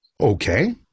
Okay